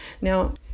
Now